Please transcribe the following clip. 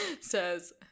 says